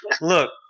look